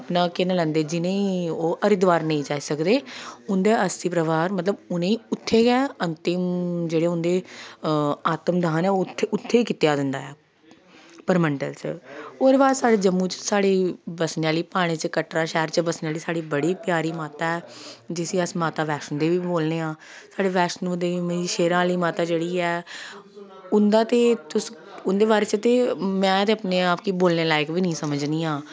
अपना केह नांऽ लैंदे जि'नेंगी ओह् हरिद्वार नेईं जाई सकदे उंदे अस्ती परवान मतलब उत्थें गै अंतिम जेह्ड़े होंदे आत्मदान ऐ ओह् उत्थेे उत्थें गै कीता जंदा ऐ परमंडल च ओह्दे बाद साढ़े जम्मू च साढ़े बस्सने आह्ली प्हाड़ें च कटरा शैह्र च बस्सने आह्ली साढ़ी बड़ी प्यारी माता ऐ जिसी अस माता बैष्णो देवी बोलने आं साढ़ी बैष्णो देवी शेरा आह्ली माता जेह्ड़ी ऐ उं'दा ते तुस उं'दे बारे च ते अपने आप गी बोलने लाइक बी निं समझनी आं